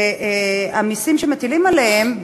והמסים שמטילים עליהן,